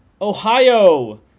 Ohio